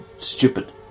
Stupid